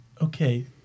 Okay